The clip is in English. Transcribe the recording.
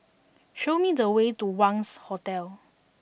show me the way to Wangz Hotel